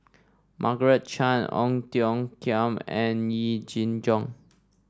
Margaret Chan Ong Tiong Khiam and Yee Jenn Jong